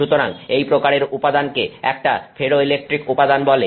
সুতরাং এই প্রকারের উপাদানকে একটা ফেরোইলেকট্রিক উপাদান বলে